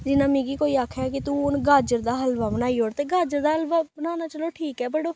जिन्ना मिगी कोई आक्खे कि तू हून गाजर दा हलबा बनाई ओड़ ते गाजर दा हलबा बनाना चलो ठीक ऐ बट ओह्